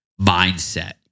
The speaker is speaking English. mindset